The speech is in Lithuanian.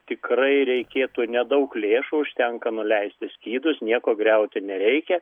tikrai reikėtų nedaug lėšų užtenka nuleisti skydus nieko griaut nereikia